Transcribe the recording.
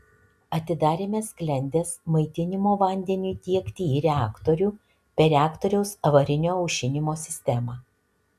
atidarėme sklendes maitinimo vandeniui tiekti į reaktorių per reaktoriaus avarinio aušinimo sistemą